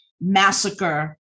massacre